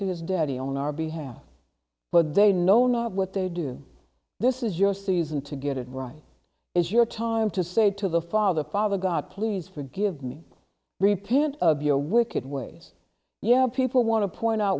to his daddy on our behalf but they know not what they do this is your season to get it right is your time to say to the father father god please forgive me return of your wicked ways your people want to point out